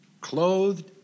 clothed